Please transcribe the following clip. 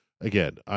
again